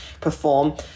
perform